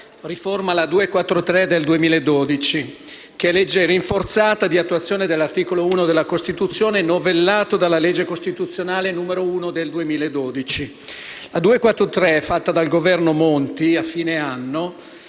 legge n. 243 del 2012, che è legge rinforzata di attuazione dell'articolo 81 della Costituzione novellato dalla legge costituzionale n. 1 del 2012. La legge n. 243, fatta dal Governo Monti alla fine del